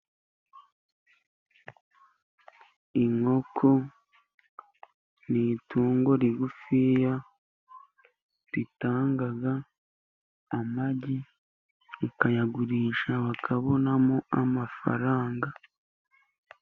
Inkoko ni itungo rigufiya, ritanga amagi bakayagurisha, bakabonamo amafaranga.